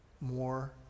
more